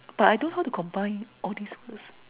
but I don't how to combine all these words